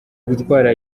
gutwara